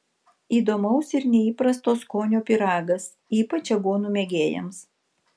įdomaus ir neįprasto skonio pyragas ypač aguonų mėgėjams